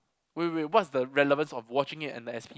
wait wait wait what's the relevance of watching it and the S_P